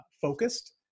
focused